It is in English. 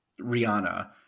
Rihanna